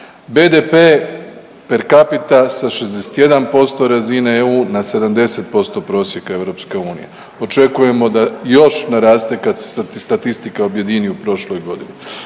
BDP per capita sa 61% razine EU na 70% prosjeka EU, očekujemo da još naraste kad se statistika objedini u prošloj godini,